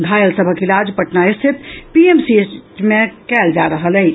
घायल सभक इलाज पटना स्थित पीएमसीएच मे कयल जा रहल अछि